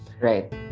Right